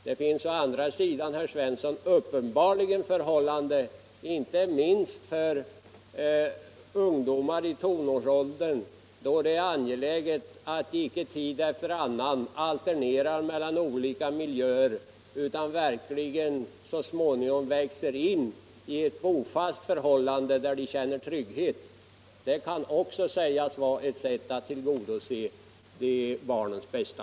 Och uppenbarligen är det också, herr Svensson, angeläget inte minst för ungdomar i tonårsåldern att de inte hela tiden alternerar mellan olika miljöer utan verkligen kan komma in i en bofast situation där de känner trygghet. Det kan också sägas vara ett sätt att tillgodose barnens bästa.